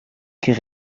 ket